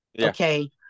okay